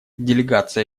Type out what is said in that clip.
делегация